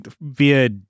via